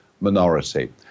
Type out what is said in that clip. minority